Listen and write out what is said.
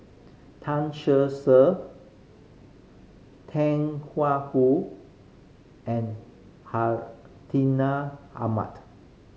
Tan Cher Ser Tang Hua Wu and Hartinah Ahmad